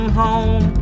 home